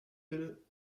will